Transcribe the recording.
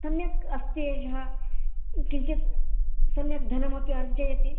सम्यक् अस्ति एषः किञ्चित् सम्यक् धनमपि अर्जयति